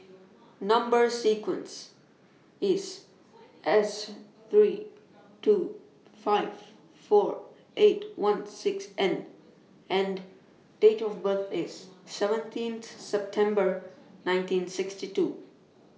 Number sequence IS S three two five four eight one six N and Date of birth IS seventeen September nineteen sixty two